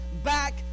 back